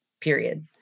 period